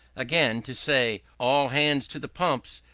again, to say, all hands to the pumps,